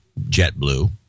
JetBlue